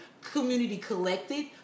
community-collected